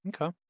Okay